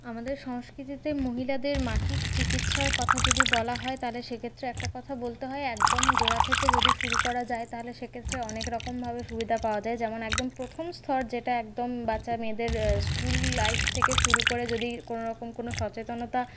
আমাদের সংস্কৃতিতে মহিলাদের মাসিক চিকিৎসার কথা যদি বলা হয় তাহলে সে ক্ষেত্রে একটা কথা বলতে হয় একদম গোড়া থেকে যদি শুরু করা যায় তাহলে সে ক্ষেত্রে অনেক রকমভাবে সুবিধা পাওয়া যায় যেমন একদম প্রথম স্তর যেটা একদম বাচ্চা মেয়েদের স্কুল লাইফ থেকে শুরু করে যদি কোনোরকম কোনো সচেতনতা